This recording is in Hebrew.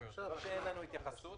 זה לא שאין לנו התייחסות,